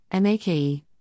MAKE